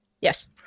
Yes